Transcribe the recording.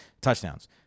touchdowns